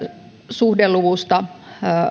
suhdeluvusta